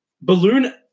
balloon